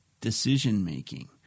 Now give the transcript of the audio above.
decision-making